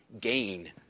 gain